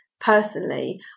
Personally